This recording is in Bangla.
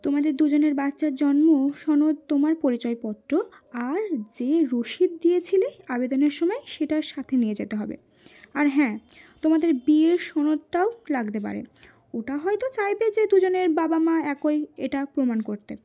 তোমাদের দুজনের বাচ্চার জন্ম সনদ তোমার পরিচয়পত্র আর যে রসিদ দিয়েছিলে আবেদনের সময় সেটা সাথে নিয়ে যেতে হবে আর হ্যাঁ তোমাদের বিয়ের সনদটাও লাগতে পারে ওটা হয়তো চাইবে যে দুজনের বাবা মা একই এটা প্রমাণ করতে